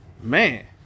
Man